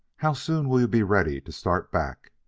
how soon will you be ready to start back?